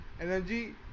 Energy